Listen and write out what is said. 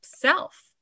self